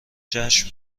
جشن